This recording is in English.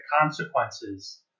consequences